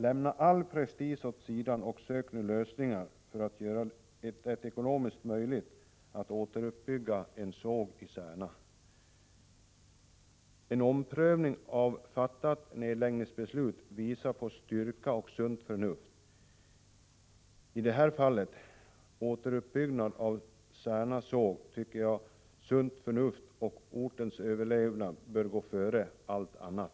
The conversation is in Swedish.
Lämna all prestige åt sidan och sök nu lösningar för att göra det ekonomiskt möjligt att återbygga en såg i Särna. En omprövning av fattat nedläggningsbeslut visar på styrka och sunt förnuft. I det här fallet — återuppbyggnad av Särnasågen — tycker jag sunt förnuft och ortens överlevnad bör gå före allt annat.